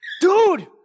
Dude